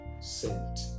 sent